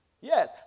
Yes